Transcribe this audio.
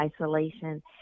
isolation